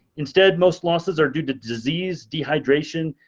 instead, most losses are due to disease, dehydration,